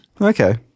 Okay